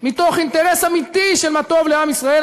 מתוך אינטרס אמיתי של מה טוב לעם ישראל,